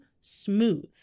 smooth